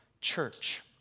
church